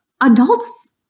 Adults